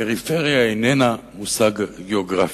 פריפריה איננה מושג גיאוגרפי,